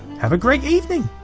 have a great evening.